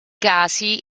casi